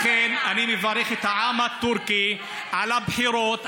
לכן אני מברך את העם הטורקי על הבחירות,